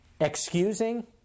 excusing